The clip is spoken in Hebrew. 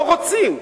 לא רוצים.